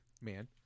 man